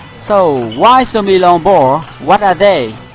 so why semi-long ball? what are they?